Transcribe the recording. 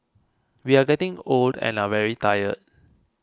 we are getting old and are very tired